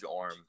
arm